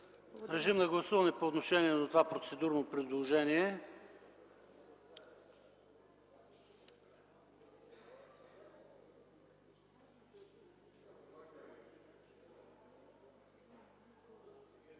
Режим на гласуване по отношение на процедурното предложение.